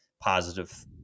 positive